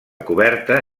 coberta